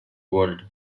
world